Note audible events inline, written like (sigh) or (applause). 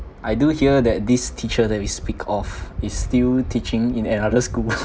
I do hear that this teacher that we speak of is still teaching in another school (laughs)